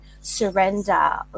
surrender